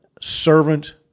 servant